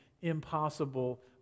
impossible